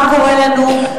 מה קורה לנו?